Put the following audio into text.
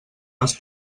les